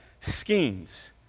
schemes